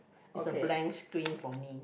it's a blank screen for me